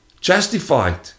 Justified